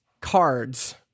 cards